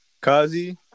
Kazi